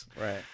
right